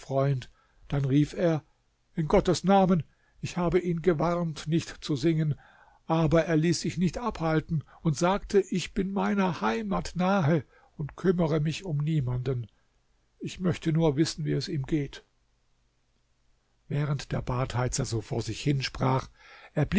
dann rief er in gottes namen ich habe ihn gewarnt nicht zu singen aber er ließ sich nicht abhalten und sagte ich bin meiner heimat nahe und kümmere mich um niemanden ich möchte nur wissen wie es ihm geht während der badheizer so vor sich hinsprach